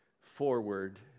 forward